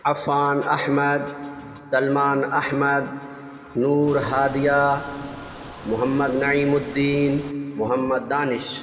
Affan Ahmed Salman Ahmed Noor Hadia Mohammad Naeem Uddin Mohammad Danish